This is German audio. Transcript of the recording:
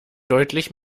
deutlich